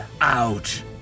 out